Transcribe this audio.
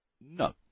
No